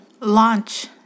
launch